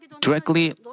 directly